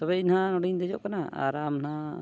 ᱛᱚᱵᱮ ᱤᱧ ᱱᱟᱦᱟᱜ ᱱᱚᱰᱮᱧ ᱰᱮᱡᱚᱜ ᱠᱟᱱᱟ ᱟᱨ ᱟᱢᱱᱟᱦᱟᱜ